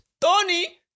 Tony